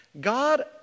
God